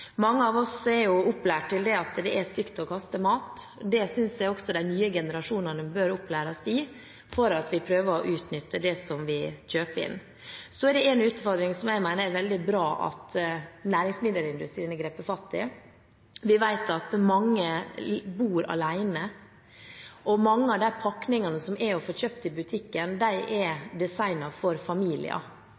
Mange av oss er opplært til at det er stygt å kaste mat, og det synes jeg også de nye generasjonene bør opplæres i, at vi prøver å utnytte det vi kjøper inn. Så er det en utfordring som jeg mener det er veldig bra at næringsmiddelindustrien har grepet fatt i: Vi vet at mange bor alene, og mange av de pakningene som er å få kjøpt i butikken, er designet for familier.